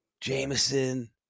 Jameson